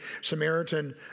Samaritan